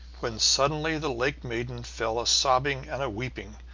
when suddenly the lake-maiden fell a-sobbing and a-weeping,